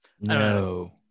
No